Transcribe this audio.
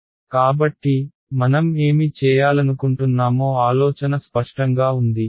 కాబట్టి మనం ఏమి చేయాలనుకుంటున్నామో ఆలోచన స్పష్టంగా ఉంది